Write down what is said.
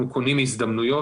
אנחנו קונים הזדמנויות.